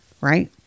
right